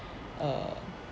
err